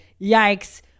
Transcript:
yikes